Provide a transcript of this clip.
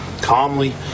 calmly